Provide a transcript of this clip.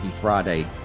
friday